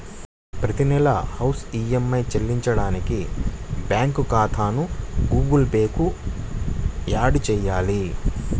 ప్రతి నెలా house loan EMI చెల్లించడానికి బ్యాంకు ఖాతాను గుగుల్ పే కు యాడ్ చేయాలి